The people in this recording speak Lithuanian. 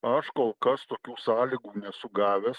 aš kol kas tokių sąlygų nesu gavęs